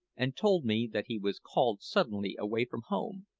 and told me that he was called suddenly away from home,